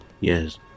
yes